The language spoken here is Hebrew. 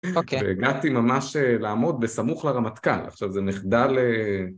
אוקיי. והגעתי ממש לעמוד בסמוך לרמטכל, עכשיו זה מחדל אהה...